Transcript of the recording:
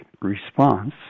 response